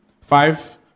five